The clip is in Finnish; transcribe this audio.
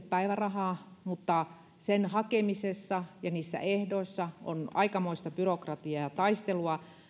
päivärahaa mutta sen hakemisessa ja niissä ehdoissa on aikamoista byrokratiaa ja taistelua